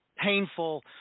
painful